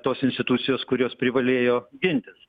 tos institucijos kurios privalėjo gintis